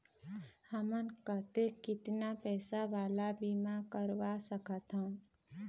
हमन कतेक कितना पैसा वाला बीमा करवा सकथन?